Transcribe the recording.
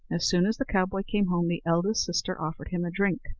as soon as the cowboy came home, the eldest sister offered him a drink.